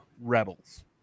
Rebels